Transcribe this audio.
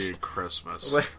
Christmas